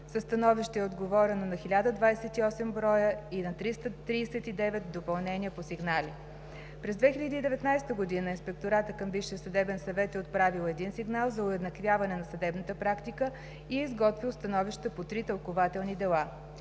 Със становище е отговорено на 1028 броя и на 339 допълнения по сигнали. През 2019 г. Инспекторатът към Висшия съдебен съвет е отправил 1 сигнал за уеднаквяване на съдебната практика и е изготвил становища по три тълкувателни дела.